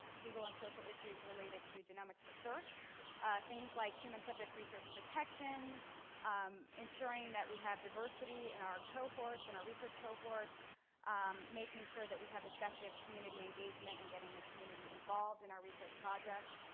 legal and social issues related to economic research things like human subjects research protection insuring that we have diversity in our cohorts and our research cohorts making sure that we have effective community engagement in and getting the community involved in our research projects.